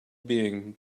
being